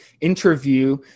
interview